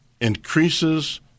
increases